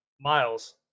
miles